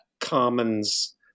commons